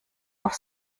auf